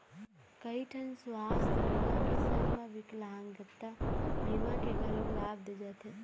कइठन सुवास्थ बीमा के संग म बिकलांगता बीमा के घलोक लाभ दे जाथे